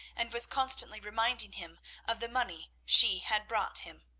and was constantly reminding him of the money she had brought him.